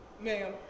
Ma'am